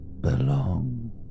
belong